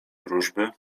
wróżby